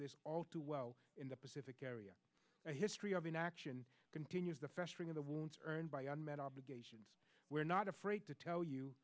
this all too well in the pacific area a history of inaction continues the festering of the wounds earned by gunmen obligations we're not afraid to tell you